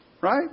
Right